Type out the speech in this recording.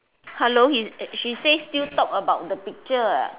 hello is she say still talk about the picture ah